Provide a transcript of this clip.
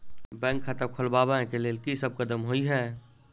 Bank खाता खोलबाबै केँ लेल की सब कदम होइ हय?